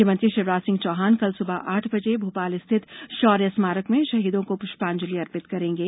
मुख्यमंत्री शिवराज सिंह चौहान कल सुबह आठ बजे भोपाल स्थित शौर्य स्मारक में शहीदों को पुष्पांजलि अर्पित करेंगे